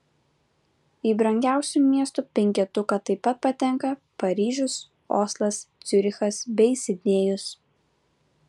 į brangiausių miestų penketuką taip pat patenka paryžius oslas ciurichas bei sidnėjus